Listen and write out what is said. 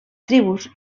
tribus